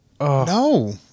No